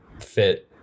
fit